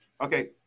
Okay